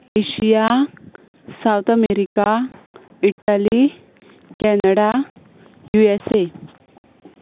Asia south America Italy Canada USA